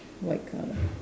white colour